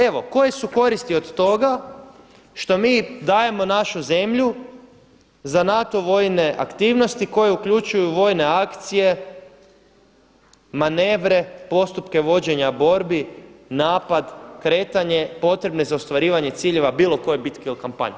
Evo koje su koristi od toga što mi dajemo našu zemlju za NATO vojne aktivnosti koje uključuju vojne akcije, manevre, postupke vođenja borbi, napad, kretanje potrebne za ostvarivanje ciljeva bilo koje bitke u kampanji.